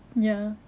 ya